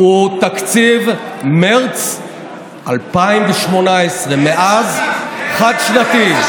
הוא תקציב מרץ 2018. מאז חד-שנתי.